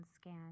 scan